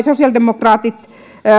sosiaalidemokraatit